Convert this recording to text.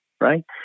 right